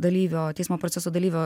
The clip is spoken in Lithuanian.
dalyvio teismo proceso dalyvio